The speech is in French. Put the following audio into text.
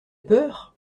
peur